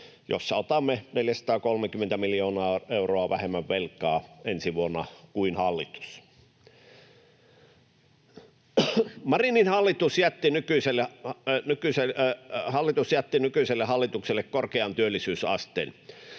jossa otamme 430 miljoonaa euroa vähemmän velkaa ensi vuonna kuin hallitus. Marinin hallitus jätti nykyiselle hallitukselle korkean työllisyysasteen.